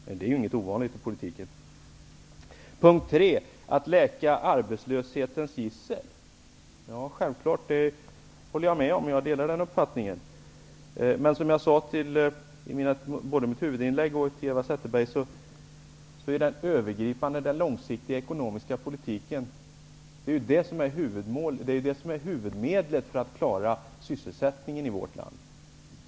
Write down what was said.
Och det är ju ingenting ovanligt i politiken. Att läka arbetslöshetens gissel. Jag delar självfallet den uppfattningen. Men som jag sade både i mitt huvudinlägg och i repliken till Eva Zetterberg är det den långsiktiga ekonomiska politiken som är huvudmedlet för att klara sysselsättningen i vårt land.